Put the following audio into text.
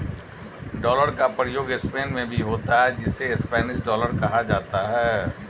dollar का प्रयोग Spain में भी होता है जिसे स्पेनिश डॉलर कहा जाता है